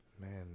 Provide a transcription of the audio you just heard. Man